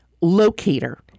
locator